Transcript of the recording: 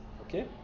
Okay